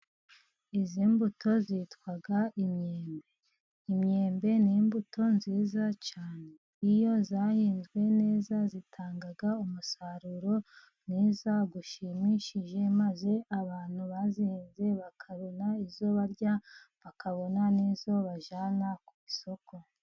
Izi mbuto zitwa imyembe. Imyembe n'imbuto nziza cyane. Iyo zahinzwe neza zitanga umusaruro mwiza ushimishije, maze abantu bazihinze bakabona izo barya, bakabona n'izo bajyana ku isoko.